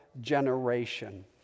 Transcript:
generation